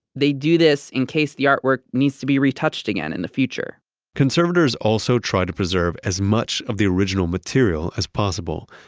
they do this in case the artwork needs to be retouched again in the future conservators also try to preserve as much of the original material as possible,